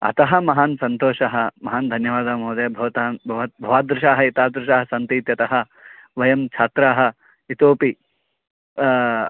अतः महान् सन्तोषः महान् धन्यवादः महोदय् भवतां भवादृशाः एतादृशाः सन्ति इत्यतः वयं छात्राः इतोपि